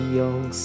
young